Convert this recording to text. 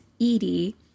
Edie